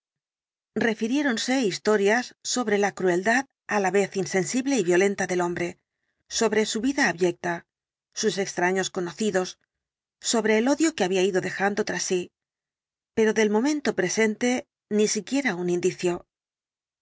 vergonzoso refiriéronse historias sobre la crueldad á la vez insensible y violenta del hombre sobre su vida abyecta sus extraños conocidos sobre el odio que había ido dejando tras sí pero del momento presente ni siquiera un indicio